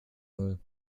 null